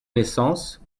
naissance